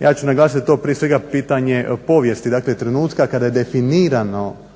Ja ću naglasit to prije svega pitanje povijesti, dakle trenutka kada je definirano